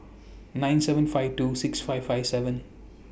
nine seven five two six five five seven